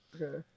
Okay